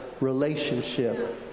relationship